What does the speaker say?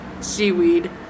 seaweed